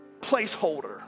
placeholder